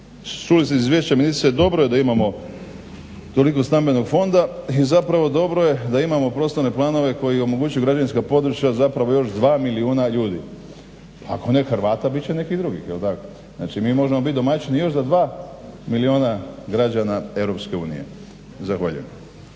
čuli ste izvješće ministrice, dobro je da imamo toliko stambenog fonda i zapravo dobro je da imamo prostorne planove koji omogućuju građevinska područja zapravo još 2 milijuna ljudi, pa ako ne Hrvata bit će nekih drugih. Znači mi možemo bit domaćini još za 2 milijuna građana Europske unije.